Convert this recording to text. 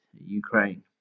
Ukraine